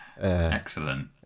Excellent